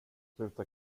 sluta